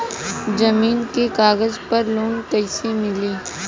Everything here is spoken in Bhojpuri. जमीन के कागज पर लोन कइसे मिली?